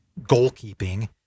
goalkeeping